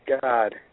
god